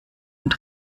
und